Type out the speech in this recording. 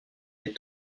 des